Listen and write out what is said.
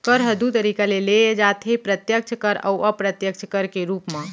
कर ह दू तरीका ले लेय जाथे प्रत्यक्छ कर अउ अप्रत्यक्छ कर के रूप म